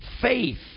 faith